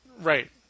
Right